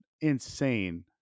insane